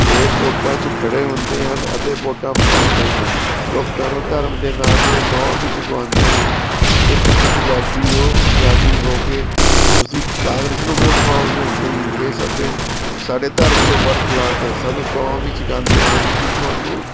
ਇਹ ਵੋਟਾਂ 'ਚ ਖੜ੍ਹੇ ਹੁੰਦੇ ਹਨ ਅਤੇ ਵੋਟਾਂ ਪਵਾਉਂਦੇ ਹਨ ਲੋਕਾਂ ਨੂੰ ਧਰਮ ਦੇ ਨਾਂ 'ਤੇ ਸੌਹਾਂ ਵੀ ਚੁਕਵਾਉਂਦੇ ਹਨ ਕਿ ਤੁਸੀਂ ਪੰਜਾਬੀ ਹੋ ਪੰਜਾਬੀ ਹੋ ਕੇ ਤੁਸੀਂ ਕਾਂਗਰਸ ਨੂੰ ਵੋਟ ਪਾਓਗੇ ਨਹੀਂ ਇਸ ਅਤੇ ਸਾਡੇ ਧਰਮ ਤੋਂ ਵਰਖਿਲਾਫ ਹੈ ਸਾਨੂੰ ਸੌਹਾਂ ਵੀ ਚੁਕਾਉਂਦੇ ਹਨ ਕਿ ਤੁਹਾਨੂੰ